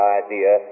idea